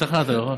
השתכנעת, נכון?